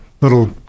little